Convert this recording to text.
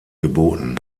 geboten